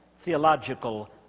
theological